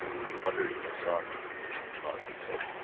he muttered a soft maldito!